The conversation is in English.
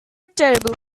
terrible